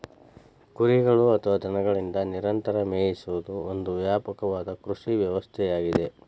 ಕುರಿಗಳು ಅಥವಾ ದನಗಳಿಂದ ನಿರಂತರ ಮೇಯಿಸುವುದು ಒಂದು ವ್ಯಾಪಕವಾದ ಕೃಷಿ ವ್ಯವಸ್ಥೆಯಾಗಿದೆ